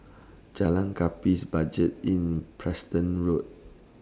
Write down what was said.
Jalan Gapis Budget Inn Preston Road